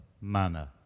manner